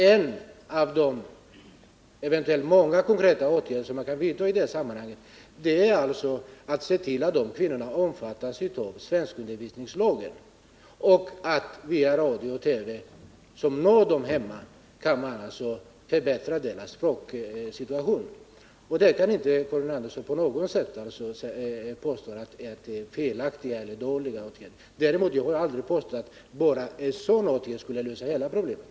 En av de, eventuellt många, konkreta åtgärder som i detta sammanhang kan vidtas är att se till att dessa kvinnor omfattas av lagen om svenskundervisning och via radio och TV nå dem hemma. På detta sätt kan deras språksituation förbättras. Karin Andersson kan inte på något sätt påstå att detta är en felaktig eller dålig åtgärd. Jag har dock aldrig påstått att bara en sådan åtgärd skulle lösa hela problemet.